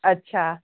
अच्छा